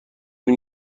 این